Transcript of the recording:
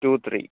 two three